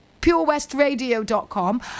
purewestradio.com